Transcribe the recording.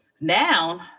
now